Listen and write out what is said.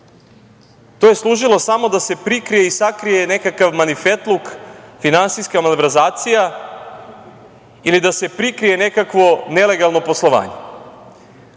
to je služilo samo da se prikrije i sakrije nekakav manifetluk finansijska malverzacija, ili da se prikrije nekakvo nelegalno poslovanje. Mislim